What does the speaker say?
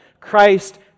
Christ